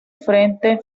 frente